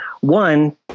One